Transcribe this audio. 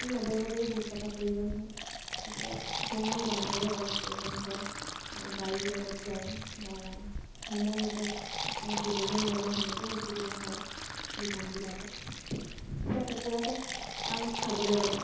ল'বৰ বাবেও বহুত টকাৰ প্ৰয়োজন হয় তাতে সেয়াই আৰু লাভৰে অলপ এক অংশ গাড়ীৰ লগত যায় বা সময়মতে দিবগৈ নোৱাৰিলে সেনেকৈও অসুবিধা হয় দোকানবিলাকত এতিয়া কুকুৰাকে আৰু চাবলৈ গ'লে